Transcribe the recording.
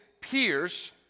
peers